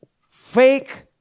fake